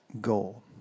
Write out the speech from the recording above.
goal